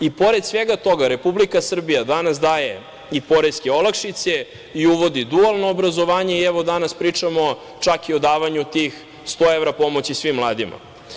I pored svega toga, Republika Srbija danas daje i poreske olakšice i uvodi dualno obrazovanje i evo danas pričamo čak i o davanju tih 100 evra pomoći svim mladima.